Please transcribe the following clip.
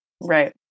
Right